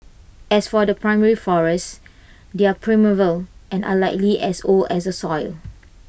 as for the primary forest they're primeval and are likely as old as A soil